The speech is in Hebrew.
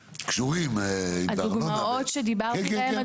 הם קשורים --- הדוגמאות שדיברתי עליהן,